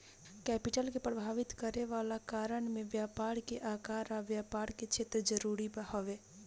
capital के प्रभावित करे वाला कारण में व्यापार के आकार आ व्यापार के क्षेत्र जरूरी हवे